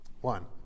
One